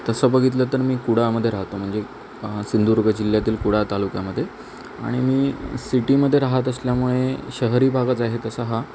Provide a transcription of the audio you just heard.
तसं बघितलं तर मी कुडाळमध्ये राहतो म्हणजे सिंधुदुर्ग जिल्ह्यातील कुडाळ तालुक्यामध्ये आणि मी सिटीमध्ये राहत असल्यामुळे शहरी भागच आहे तसा हा